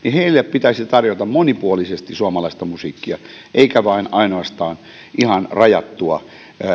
pitäisi tarjota monipuolisesti suomalaista musiikkia eikä vain ainoastaan ihan rajattua